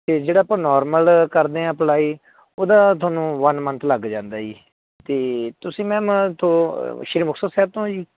ਅਤੇ ਜਿਹੜਾ ਆਪਾਂ ਨੋਰਮਲ ਕਰਦੇ ਹਾਂ ਅਪਲਾਈ ਉਹਦਾ ਤੁਹਾਨੂੰ ਵਨ ਮੰਥ ਲੱਗ ਜਾਂਦਾ ਜੀ ਅਤੇ ਤੁਸੀਂ ਮੈਮ ਇੱਥੋਂ ਸ਼੍ਰੀ ਮੁਕਤਸਰ ਸਾਹਿਬ ਤੋਂ ਜੀ